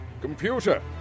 Computer